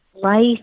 Life